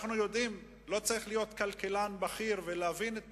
לא צריך להיות כלכלן בכיר ולהבין את